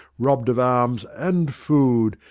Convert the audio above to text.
robbed of arms and food,